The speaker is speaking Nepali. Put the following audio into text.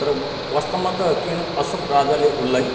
तर वास्तवमा त किन अशोक राजाले उसलाई